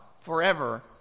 forever